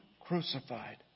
crucified